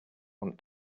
want